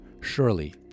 Surely